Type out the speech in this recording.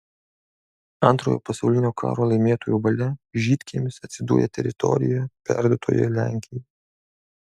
antrojo pasaulinio karo laimėtojų valia žydkiemis atsidūrė teritorijoje perduotoje lenkijai